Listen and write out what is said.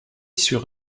sur